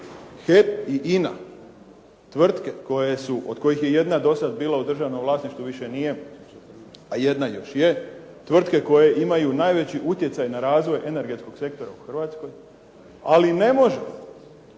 HEP i INA tvrtke koje su, od kojih je jedna do sada bila u državnom vlasništvu a više nije, jedna još je, tvrtke koje imaju najveći utjecaj na razvoj energetskog sektora u Hrvatskoj, ali ne može